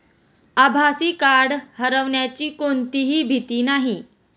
आभासी कार्ड हरवण्याची कोणतीही भीती नाही